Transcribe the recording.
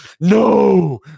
no